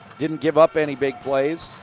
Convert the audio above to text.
didn't give up any big plays,